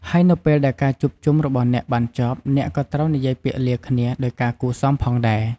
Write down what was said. ហើយនៅពេលដែលការជួបជុំរបស់អ្នកបានចប់អ្នកក៏ត្រូវនិយាយពាក្យ លាគ្នាដោយការគួរសមផងដែរ។